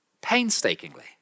painstakingly